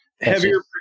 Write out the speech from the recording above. Heavier